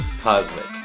Cosmic